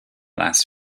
last